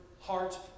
heart